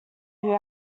who